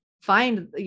find